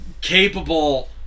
capable